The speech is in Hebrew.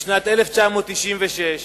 בשנת 1996,